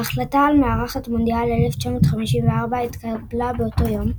ההחלטה על מארחת מונדיאל 1954 התקבלה באותו יום,